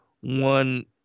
one